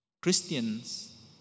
Christians